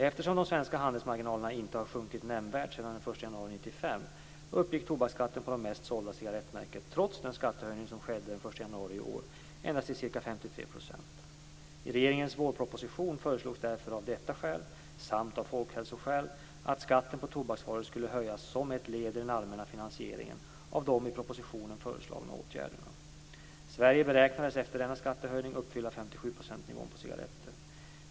Eftersom de svenska handelsmarginalerna inte har minskat nämnvärt sedan den 1 januari 1995 uppgick tobaksskatten på det mest sålda cigarettmärket, trots den skattehöjning som skedde den 1 januari i år, endast till ca 53 %. I regeringens vårproposition föreslogs därför av detta skäl, samt av folkhälsoskäl, att skatten på tobaksvaror skulle höjas som ett led i den allmänna finansieringen av de i propositionen föreslagna åtgärderna. Sverige beräknades efter denna skattehöjning uppfylla 57-procentsnivån på cigaretter.